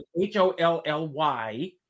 H-O-L-L-Y